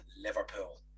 Liverpool